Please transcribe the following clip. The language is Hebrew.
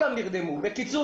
בקיצור,